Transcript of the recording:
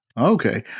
Okay